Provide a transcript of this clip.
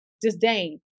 disdain